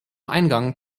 eingang